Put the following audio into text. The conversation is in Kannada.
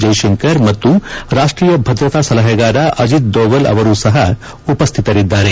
ಜಯಶಂಕರ್ ಮತ್ತು ರಾಷ್ಷೀಯ ಭದ್ರತೆ ಸಲಹೆಗಾರ ಅಜಿತ್ ಡೊವಾಲ್ ಅವರೂ ಸಪ ಉಪಸ್ಥಿತರಿದ್ದಾರೆ